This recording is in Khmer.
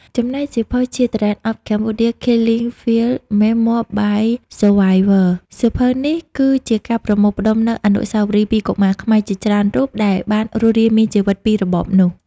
ចំណែក សៀវភៅ Children of Cambodia’s Killing Fields: Memoirs by Survivors សៀវភៅនេះគឺជាការប្រមូលផ្តុំនូវអនុស្សាវរីយ៍ពីកុមារខ្មែរជាច្រើនរូបដែលបានរស់រានមានជីវិតពីរបបនោះ។